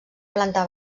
planta